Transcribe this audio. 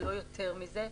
לא יותר מזה,